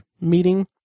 meeting